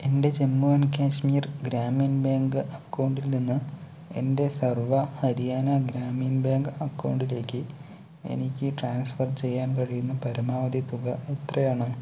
എൻ്റെ Jammu and Kashmir Gramin bank അക്കൗണ്ടിൽ നിന്ന് എൻ്റെ സർവ്വ ഹരിയാന ഗ്രാമീൺ ബാങ്ക് അക്കൗണ്ടിലേക്ക് എനിക്ക് ട്രാൻസ്ഫർ ചെയ്യാൻ കഴിയുന്ന പരമാവധി തുക എത്രയാണ്